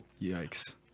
Yikes